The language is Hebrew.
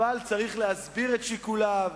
אבל צריך להסביר את שיקוליו,